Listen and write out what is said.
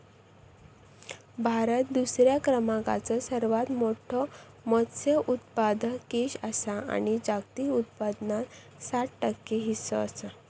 भारत दुसऱ्या क्रमांकाचो सर्वात मोठो मत्स्य उत्पादक देश आसा आणि जागतिक उत्पादनात सात टक्के हीस्सो आसा